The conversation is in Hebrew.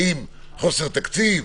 האם חוסר תקציב?